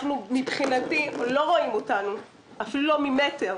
מבחינתי לא רואים אותנו, אפילו לא ממטר.